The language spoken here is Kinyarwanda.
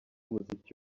umuziki